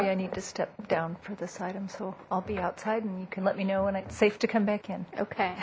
y i need to step down for this item so i'll be outside and you can let me know when it's safe to come back in okay